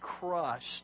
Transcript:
crushed